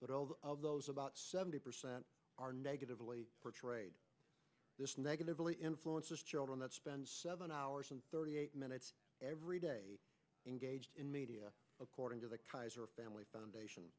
but all of those about seventy percent are negatively portrayed negatively influences children that spend seven hours and thirty eight minutes every day engaged in media according to the kaiser family foundation